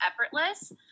effortless